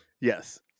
Yes